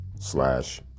slash